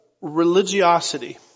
religiosity